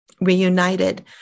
Reunited